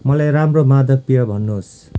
मलाई राम्रो मादक पेय भन्नुहोस्